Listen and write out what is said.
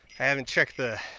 i haven't checked the